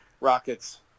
Rocket's